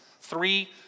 three